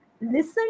listen